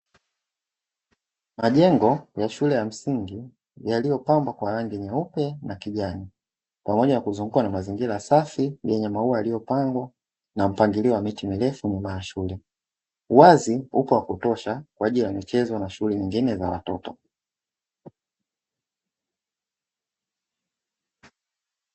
Majengo ya shule ya msingi yaliyopambwa kwa rangi nyeupe na kijani pamoja na kuzungukwa na mazingira safi na yenye maua yaliyopanda na mpangilio wa miti mirefu nyuma ya shule. Uwazi upo wa kutosha kwa ajiri ya michezo na shughuli nyingine za watoto.